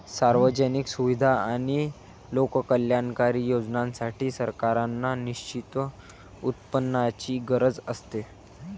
सार्वजनिक सुविधा आणि लोककल्याणकारी योजनांसाठी, सरकारांना निश्चित उत्पन्नाची गरज असते